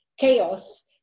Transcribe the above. Chaos